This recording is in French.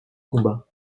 combat